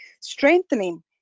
strengthening